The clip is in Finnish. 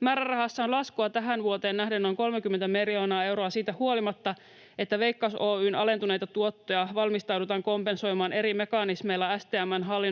Määrärahassa on laskua tähän vuoteen nähden noin 30 miljoonaa euroa siitä huolimatta, että Veikkaus Oy:n alentuneita tuottoja valmistaudutaan kompensoimaan eri mekanismeilla STM:n hallinnonalalla